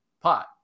pot